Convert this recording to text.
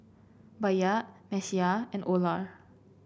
Bayard Messiah and Olar